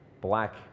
black